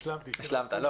השלמתי.